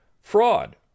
Fraud